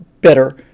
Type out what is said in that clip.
better